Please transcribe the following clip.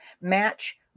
match